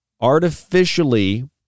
artificially